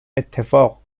اتفاق